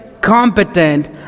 competent